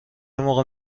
موقع